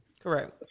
Correct